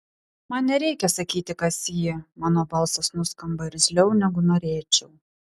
man nereikia sakyti kas ji mano balsas nuskamba irzliau negu norėčiau